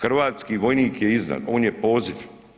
Hrvatski vojnik je iznad, on je poziv.